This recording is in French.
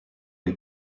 les